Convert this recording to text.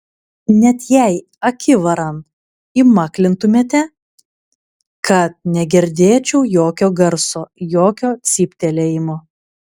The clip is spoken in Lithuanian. net jei akivaran įmaklintumėte kad negirdėčiau jokio garso jokio cyptelėjimo